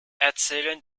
erzählen